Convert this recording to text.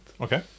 okay